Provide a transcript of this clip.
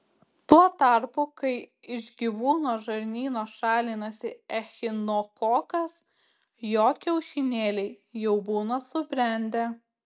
tuo tarpu kai iš gyvūno žarnyno šalinasi echinokokas jo kiaušinėliai jau būna subrendę